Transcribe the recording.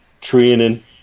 training